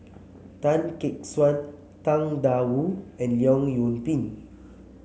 Tan Gek Suan Tang Da Wu and Leong Yoon Pin